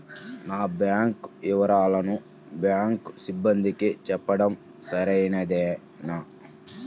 నా బ్యాంకు వివరాలను బ్యాంకు సిబ్బందికి చెప్పడం సరైందేనా?